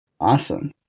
Awesome